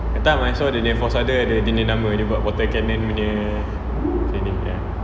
that time I saw dia nya for sergeant ada dia punya nama dia buat bottle cannon punya training ya